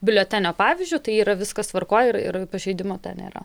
biuletenio pavyzdžiu tai yra viskas tvarkoj ir ir pažeidimo nėra